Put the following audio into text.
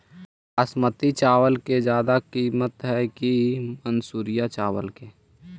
बासमती चावल के ज्यादा किमत है कि मनसुरिया चावल के?